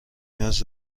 نیاز